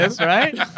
right